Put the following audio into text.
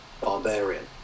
barbarian